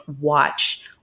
watch